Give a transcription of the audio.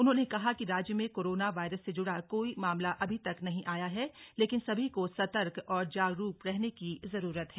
उन्होंने कहा कि राज्य में कोरोना वायरस से जुड़ा कोई मामला अभी तक नहीं आया है लेकिन सभी को सतर्क और जागरूक रहने की जरूरत है